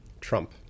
Trump